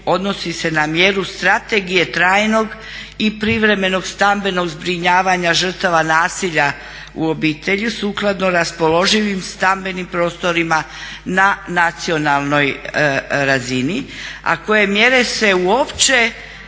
odnosi se na mjeru strategije trajnog i privremenog stambenog zbrinjavanja žrtava nasilja u obitelji sukladno raspoloživim stambenim prostorima na nacionalnoj razini a koje mjere se uopće